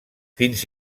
fins